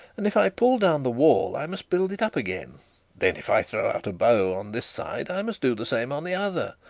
and if i pull down the wall, i must build it up again then if i throw out a bow on this side, i must do the same on the other,